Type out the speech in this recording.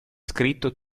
scritto